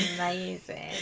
Amazing